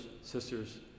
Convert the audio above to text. sisters